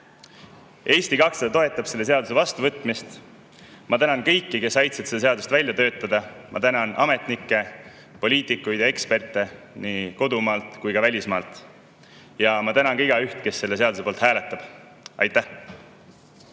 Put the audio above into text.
Eesti 200 toetab selle seaduse vastuvõtmist. Ma tänan kõiki, kes aitasid seda seadust välja töötada. Ma tänan ametnikke, poliitikuid ja eksperte nii kodumaalt kui ka välismaalt. Ja ma tänan igaüht, kes selle seaduse poolt hääletab. Aitäh!